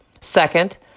Second